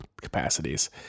capacities